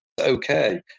okay